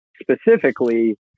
Specifically